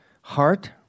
heart